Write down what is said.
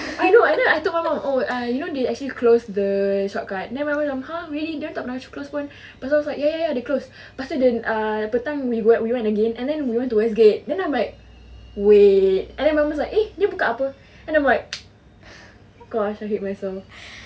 I know I I took ah you know actually they close the shortcut then my mum macam !huh! really dorang tak pernah close pun pastu I was like ya ya ya they close pastu then petang we went again and then we went to westgate then I'm like wait and then my mum is like eh buka apa then I'm like gosh I hate myself